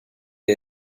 ihr